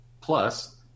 plus